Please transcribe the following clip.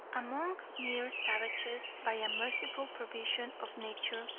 among mere savages, by a merciful provision of nature,